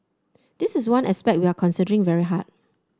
this is one aspect we are considering very hard